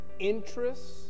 Interests